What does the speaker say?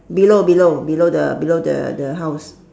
below below below the below the the house